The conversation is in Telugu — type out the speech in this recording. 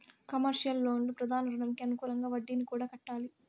కమర్షియల్ లోన్లు ప్రధాన రుణంకి అనుకూలంగా వడ్డీని కూడా కట్టాలి